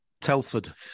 Telford